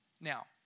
Now